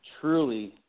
truly